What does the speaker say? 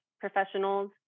professionals